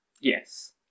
Yes